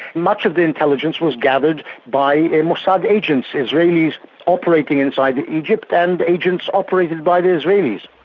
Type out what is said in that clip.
much of the intelligence was gathered by and mossad agents, israelis operating inside egypt, and agents operated by the israelis.